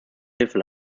hilfe